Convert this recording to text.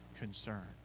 concerns